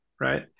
right